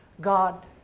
god